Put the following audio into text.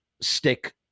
stick